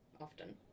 often